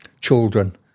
children